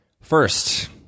First